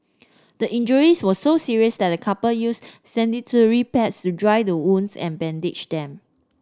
the injuries were so serious the couple used sanitary pads to dry the wounds and bandage them